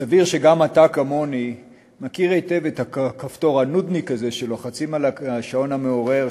וסביר שגם אתה כמוני מכיר היטב את הכפתור הנודניק הזה בשעון המעורר,